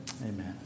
Amen